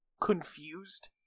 confused